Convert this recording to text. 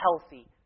healthy